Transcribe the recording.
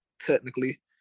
technically